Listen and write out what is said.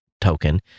token